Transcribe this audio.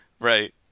Right